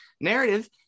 narrative